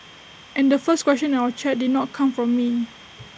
and the first question in our chat did not come from me